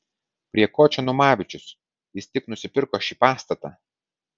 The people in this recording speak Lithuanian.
prie ko čia numavičius jis tik nusipirko šį pastatą